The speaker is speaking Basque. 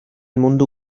mundu